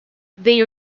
they